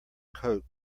coat